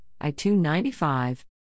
I-295